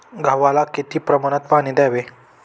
गव्हाला किती प्रमाणात पाणी द्यावे?